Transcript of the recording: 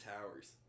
Towers